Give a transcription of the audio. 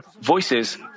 voices